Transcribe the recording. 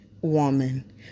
woman